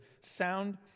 sound